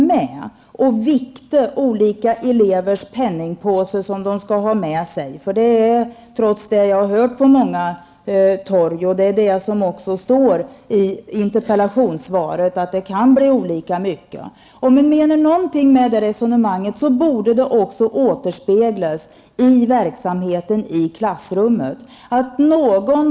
Jag har hört på många torg och kan även läsa i interpellationssvaret att olika elever kan ha olika stora penningpåsar med sig till skolan.